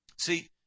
See